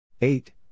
eight